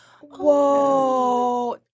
Whoa